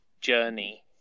journey